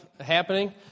happening